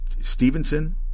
Stevenson